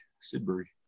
Sidbury